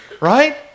Right